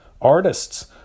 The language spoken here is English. artists